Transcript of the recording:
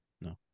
No